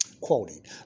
Quoting